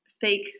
fake